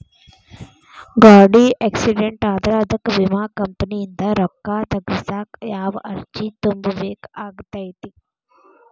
ಗಾಡಿ ಆಕ್ಸಿಡೆಂಟ್ ಆದ್ರ ಅದಕ ವಿಮಾ ಕಂಪನಿಯಿಂದ್ ರೊಕ್ಕಾ ತಗಸಾಕ್ ಯಾವ ಅರ್ಜಿ ತುಂಬೇಕ ಆಗತೈತಿ?